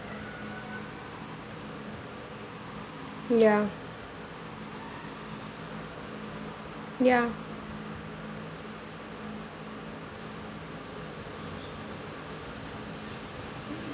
ya ya